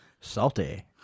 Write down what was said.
Salty